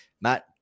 Matt